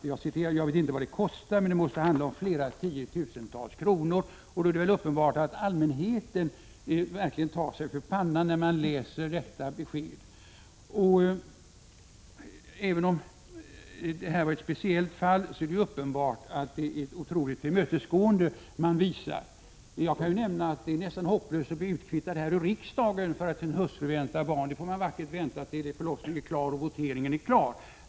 ”Jag vet inte vad det kan kosta men det måste handla om flera tiotusentals kronor.” Nog är det väl uppenbart att allmänheten tar sig för pannan när den läser detta besked? Även om det här var ett speciellt fall, är det uppenbart att det är ett otroligt tillmötesgående man visar. Jag kan nämna att det är nästan hopplöst att bli utkvittad här i riksdagen för att ens hustru väntar barn, utan då får man vackert vänta tills förlossningen eller voteringen är klar.